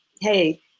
hey